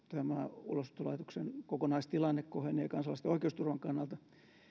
ulosottolaitoksen kokonaistilanne kohenee kansalaisten oikeusturvan kannalta